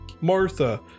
Martha